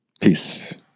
peace